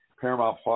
Paramount+